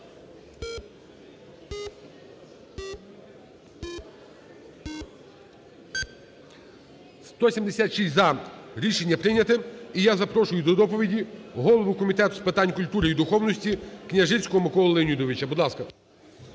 За-176 Рішення прийнято. І я запрошую до доповіді голову Комітету з питань культури і духовності Княжицького Миколу Леонідовича. Будь ласка.